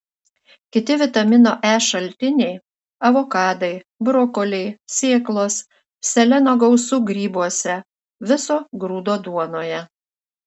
kiti vitamino e šaltiniai avokadai brokoliai sėklos seleno gausu grybuose viso grūdo duonoje